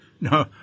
No